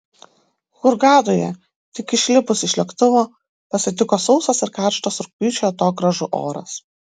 hurgadoje tik išlipus iš lėktuvo pasitiko sausas ir karštas rugpjūčio atogrąžų oras